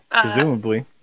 Presumably